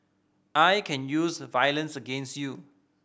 I can use violence against you